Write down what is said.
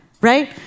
right